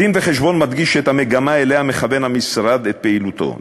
הדין-וחשבון מדגיש את המגמה שאליה מכוון המשרד את פעילותו,